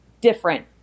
different